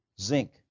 zinc